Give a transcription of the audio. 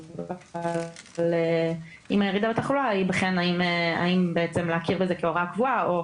אבל עם הירידה בתחלואה ייבחן האם בעצם להכיר בזה כהוראה קבועה או